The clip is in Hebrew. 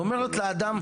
ואומרת לאדם,